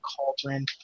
Cauldron